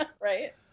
right